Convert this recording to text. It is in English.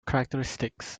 characteristics